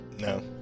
no